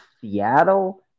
Seattle